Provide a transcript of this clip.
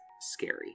scary